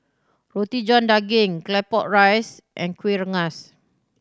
Roti John Daging Claypot Rice and Kueh Rengas